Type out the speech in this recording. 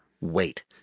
wait